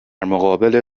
مقابل